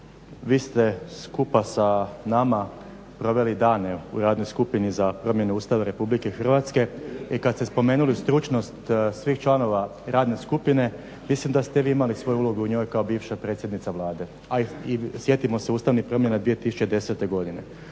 vi ste skupa sa nama proveli dane u Radnoj skupini za promjene Ustava Republike Hrvatske i kad ste spomenuli stručnost svih članova radne skupine mislim da ste vi imali svoju ulogu u njoj kao bivša predsjednica Vlade, a i sjetimo se ustavnih promjena 2010. godine.